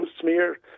smear